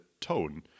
tone